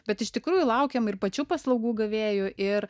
bet iš tikrųjų laukiam ir pačių paslaugų gavėjų ir